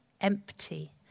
empty